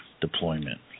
deployment